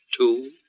Two